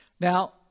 Now